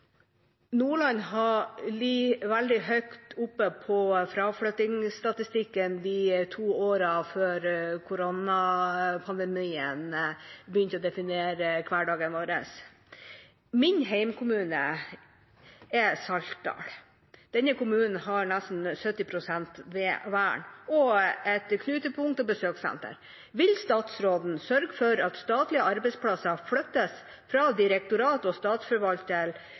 Nordland har ligget veldig høyt oppe på fraflyttingsstatistikken de to årene før koronapandemien begynte å definere hverdagen vår. Min hjemkommune er Saltdal. Denne kommunen har nesten 70 pst. vern, er et knutepunkt og har besøkssenter. Vil statsråden sørge for at statlige arbeidsplasser flyttes fra direktorat og